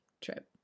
trip